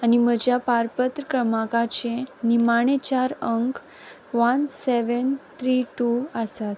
आनी म्हज्या पारपत्र क्रमांकाचे निमाणे चार अंक वन सॅवेन थ्री टू आसात